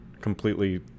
completely